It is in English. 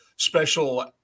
Special